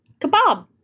kebab